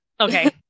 Okay